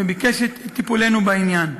וביקש את טיפולנו בעניין.